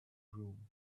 room